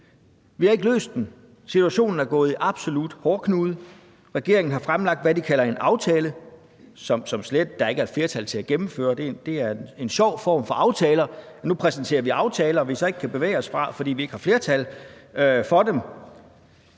Vi har ikke løst opgaven. Situationen er gået i absolut hårdknude. Regeringen har fremlagt det, de kalder en aftale, som der ikke er et flertal til at gennemføre. Det er en sjov form for aftale, altså at man præsenterer en aftale, som man ikke kan gennemføre, fordi der ikke er et flertal for den.